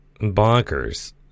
bonkers